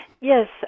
yes